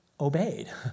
obeyed